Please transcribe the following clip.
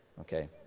Okay